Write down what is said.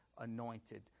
Anointed